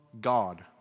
God